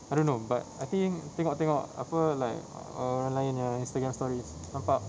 I don't know but I think tengok tengok apa like o~ orang lain yang instagram stories nampak